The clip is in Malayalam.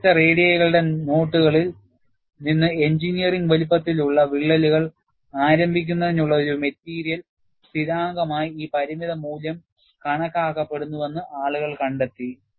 വ്യത്യസ്ത റേഡിയുകളുടെ നോട്ടുകളിൽ നിന്ന് എഞ്ചിനീയറിംഗ് വലുപ്പത്തിലുള്ള വിള്ളലുകൾ ആരംഭിക്കുന്നതിനുള്ള ഒരു മെറ്റീരിയൽ സ്ഥിരാങ്കമായി ഈ പരിമിത മൂല്യം കണക്കാക്കപ്പെടുന്നുവെന്ന് ആളുകൾ കണ്ടെത്തി